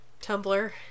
Tumblr